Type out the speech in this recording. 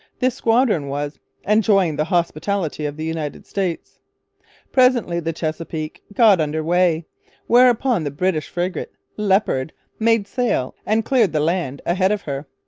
this squadron was enjoying the hospitality of the united states presently the chesapeake got under way whereupon the british frigate leopard made sail and cleared the land ahead of her.